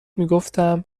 میگفتم